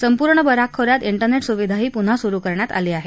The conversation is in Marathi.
संपूर्ण बराक खोऱ्यात ठेरनेट सुविधाही पुन्हा सुरू करण्यात आली आहे